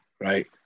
right